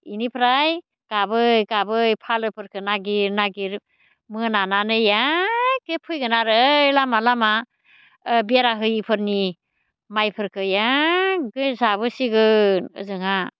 बेनिफ्राय गाबै गाबै फालोफोरखौ नागिर नागिर मोनानानै एखे फैगोन आरो लामा लामा बेरा होयैफोरनि माइफोरखौ एखे जाबोसिगोन ओजोंहा